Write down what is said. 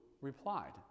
replied